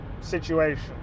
situation